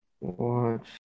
Watch